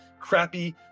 crappy